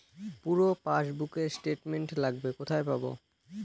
পুরো পাসবুকের স্টেটমেন্ট লাগবে কোথায় পাব?